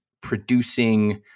producing